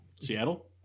Seattle